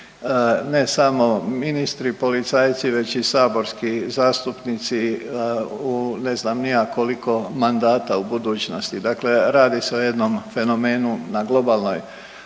ne samo ministri i policajci već i saborski zastupnici ne znam ni ja u koliko mandata u budućnosti. Dakle, radi se o jednom fenomenu na globalnoj